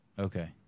Okay